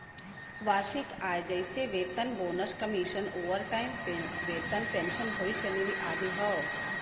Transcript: वार्षिक आय जइसे वेतन, बोनस, कमीशन, ओवरटाइम वेतन, पेंशन, भविष्य निधि आदि हौ